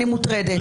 אני מוטרדת.